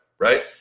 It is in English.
right